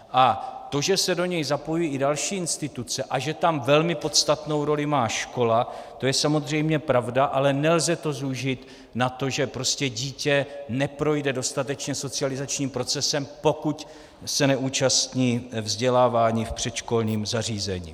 A to, že se do něj zapojují i další instituce a že tam velmi podstatnou roli má škola, to je samozřejmě pravda, ale nelze to zúžit na to, že prostě dítě neprojde dostatečně socializačním procesem, pokud se nezúčastní vzdělávání v předškolním zařízení.